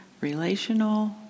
relational